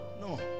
No